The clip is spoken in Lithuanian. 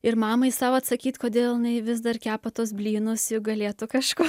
ir mamai sau atsakyti kodėl jinai vis dar kepa tuos blynus juk galėtų kažko